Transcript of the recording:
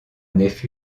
nef